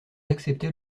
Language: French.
acceptez